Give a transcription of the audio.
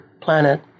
planet